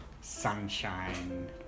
sunshine